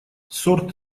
сорт